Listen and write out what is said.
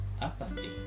apathy